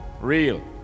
real